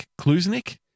Klusnik